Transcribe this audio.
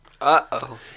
Uh-oh